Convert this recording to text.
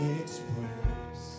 express